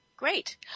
Great